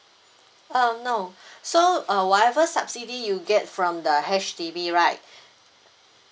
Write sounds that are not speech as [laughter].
uh no [breath] so uh whatever subsidy you get from the H_D_B right [breath]